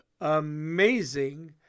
amazing